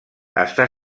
està